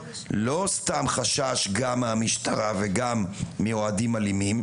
לא סתם חשש גם מהמשטרה וגם מאוהדים אלימים,